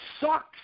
sucks